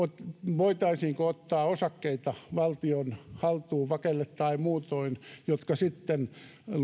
voitaisiinko ottaa osakkeita valtion haltuun vakelle tai muutoin jotka sitten